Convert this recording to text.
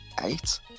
eight